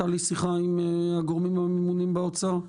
הייתה לי שיחה עם הגורמים הממונים באוצר,